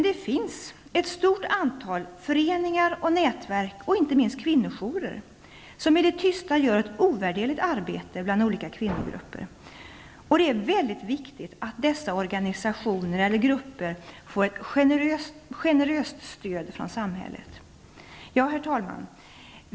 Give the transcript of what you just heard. Det finns dock ett stort antal föreningar och nätverk och inte minst kvinnojourer som i det tysta gör ett ovärderligt arbete bland olika kvinnogrupper. Det är mycket viktigt att dessa organisationer eller grupper får ett generöst stöd från samhället. Herr talman!